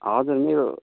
हजुर यो